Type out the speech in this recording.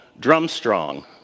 DrumStrong